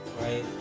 Right